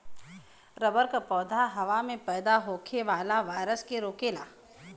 rubber क पौधा हवा में पैदा होखे वाला वायरस के रोकेला